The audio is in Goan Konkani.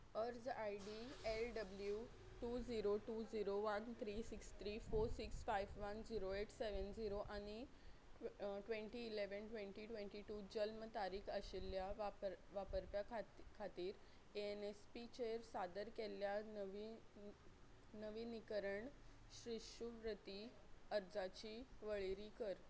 अर्ज I D L W two zero two zero one three six three four six five one zero eight seven zero आनी twenty eleven twenty twenty two जल्म तारीख आशिल्ल्या वापर वापरप्या खाती खातीर एन एस पी चेर सादर केल्ल्या नवी नविनीकरण शिश्यवृती अर्जांची वळेरी कर